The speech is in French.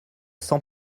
sans